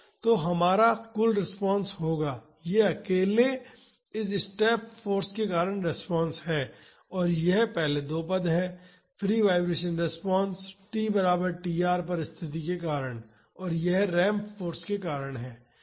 तो हमारे कुल रिस्पांस होगा यह अकेले इस स्टेप फाॅर्स के कारण रिस्पांस है और यह पहले दो पद हैं फ्री वाईब्रेशन रिस्पांस t बराबर tr पर स्थिति के कारण और यह रैंप फाॅर्स के कारण है